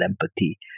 empathy